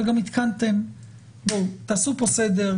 אבל גם התקנתם בואו תעשו פה סדר,